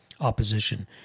opposition